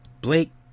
Blake